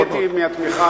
אני נהניתי מהתמיכה.